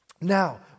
Now